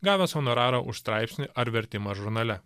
gavęs honorarą už straipsnį ar vertimą žurnale